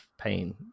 pain